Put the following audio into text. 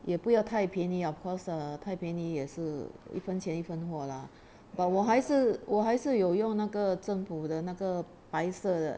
也不要太便宜 of course err 太便宜也是一分钱一分货 lah but 我还是我还是有用那个政府的那个白色的